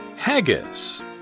Haggis